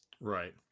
Right